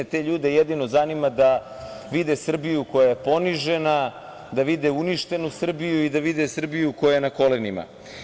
Te ljude jedino zanima da vide Srbiju koja je ponižena, da vide uništenu Srbiju i da vide Srbiju koja je na kolenima.